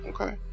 Okay